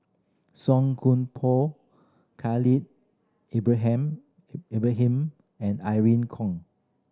Song Koon Poh Khalil Ibrahim and Irene Khong